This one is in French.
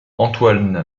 antoine